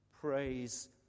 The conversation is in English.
Praise